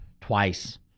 twice